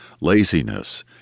laziness